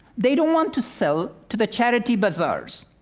they don't want to sell to the charity bazaars